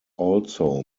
also